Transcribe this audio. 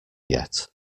yet